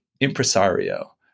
impresario